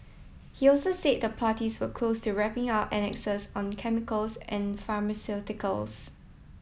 he also said the parties were close to wrapping up annexes on chemicals and pharmaceuticals